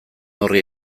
horri